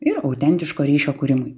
ir autentiško ryšio kūrimui